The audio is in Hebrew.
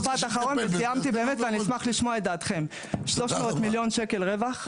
300 מיליון שקל רווח,